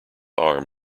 arm